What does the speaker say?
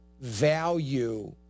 value